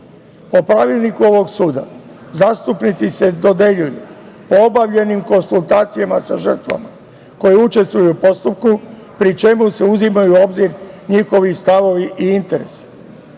pravilniku ovog suda zastupnici se dodeljuju po obavljenim konsultacija sa žrtvama koje učestvuju u postupku, pri čemu se uzimaju u obzir njihovi stavovi i interesi. Izražavam